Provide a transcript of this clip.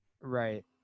Right